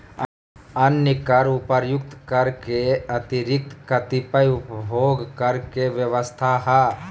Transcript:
अन्य कर उपर्युक्त कर के अतिरिक्त कतिपय उपभोग कर के व्यवस्था ह